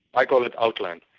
i call it outland.